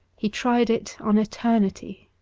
he tried it on eternity.